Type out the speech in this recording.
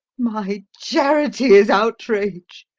my charity is outrage,